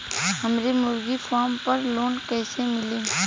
हमरे मुर्गी फार्म पर लोन कइसे मिली?